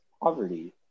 Poverty